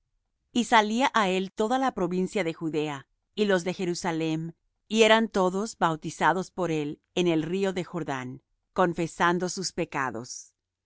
y salía á él toda la provincia de judea y los de jerusalem y eran todos bautizados por él en el río de jordán confesando sus pecados